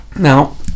Now